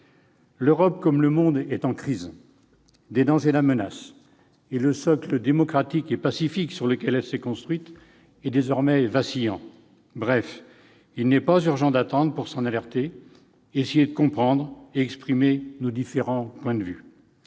L'Europe, comme le monde, est en crise. Des dangers la menacent et le socle démocratique et pacifique sur lequel elle s'est construite est désormais vacillant. Bref, il n'est pas urgent d'attendre pour s'en inquiéter, essayer de comprendre et exprimer nos différents points de vue.